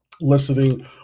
listening